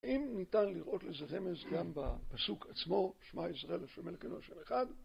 אם ניתן לראות לזה רמז גם בפסוק עצמו שמע ישראל השם אלוקינו השם אחד